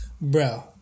Bro